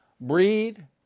Breed